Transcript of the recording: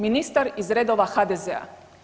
Ministar iz redova HDZ-a.